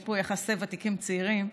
יש פה יחסי ותיקים צעירים,